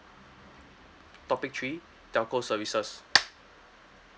topic three telco services